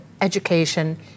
education